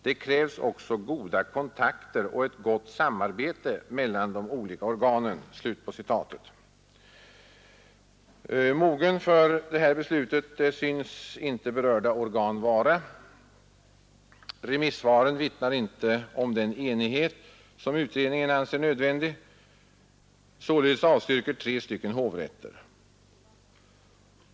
Det krävs också goda kontakter och ett gott samarbete mellan de olika organen.” Mogna för detta beslut synes icke berörda organ vara. Remissvaren vittnar ej om den enighet som utredningen anser nödvändig. Således avstyrker tre hovrätter.